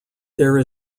there